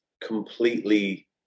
completely